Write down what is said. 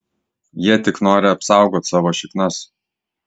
jie tik nori apsaugot savo šiknas